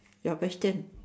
your question